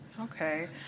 Okay